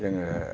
जोङो